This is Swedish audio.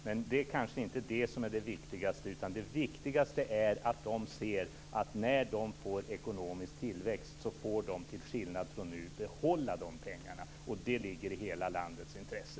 Men det kanske inte är det viktigaste, utan det viktigaste är att de ser att när de får ekonomisk tillväxt får de till skillnad från nu behålla de pengarna. Det ligger i hela landets intresse.